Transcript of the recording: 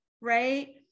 right